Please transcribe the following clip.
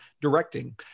Directing